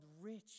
rich